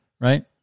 right